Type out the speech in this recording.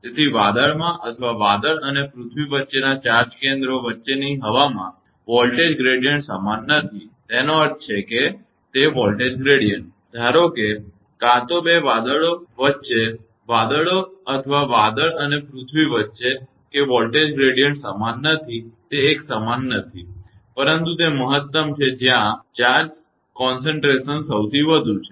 તેથી વાદળમાં અથવા વાદળ અને પૃથ્વીની વચ્ચેના ચાર્જ કેન્દ્રો વચ્ચેની હવામાં વોલ્ટેજ ગ્રેડીયંટ સમાન નથી તેનો અર્થ છે તે વોલ્ટેજ ગ્રેડીયંટ ધારો કે કાં તો બે વાદળો કાં તો વચ્ચે છે વાદળો અથવા વાદળ અને પૃથ્વી વચ્ચે કે વોલ્ટેજ ગ્રેડીયંટ એકસમાન નથી તે એકસમાન નથી પરંતુ તે મહત્તમ છે જ્યાં ચાર્જ સાંદ્રતા સૌથી વધુ છે